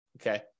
okay